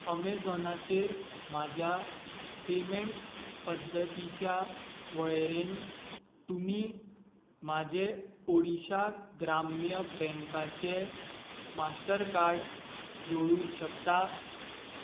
अमेझॉनाचेर म्हज्या पेमेंट पद्दतींच्या वळेरेंत तुमी म्हजें ओडिशा ग्राम्य बॅँकाचे मास्टरकार्ड जोडूंक शकता